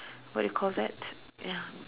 what do you call that ya